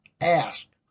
Ask